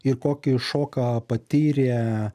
ir kokį šoką patyrė